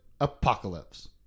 apocalypse